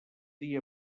dia